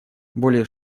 более